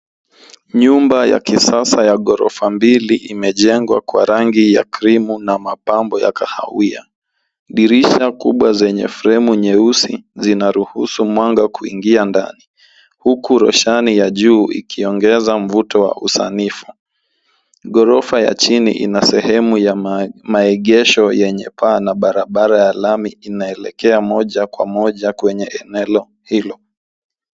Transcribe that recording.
Nyumba ya kisasa ya ghorofa mbili imejengwa kwa rangi ya krimu na mapambo ya kahawia. Dirisha kubwa zenye fremu nyeusi zinaruhusu mwanga kuingia ndani huku roshani ya juu ikiongeza mvuto wa usanifu. Ghorofa ya chini ina sehemu ya maegesho yenye paa na barabara ya lami inaelekea moja kwa moja kwenye eneo hilo.